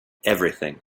everything